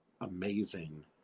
amazing